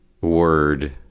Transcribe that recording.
word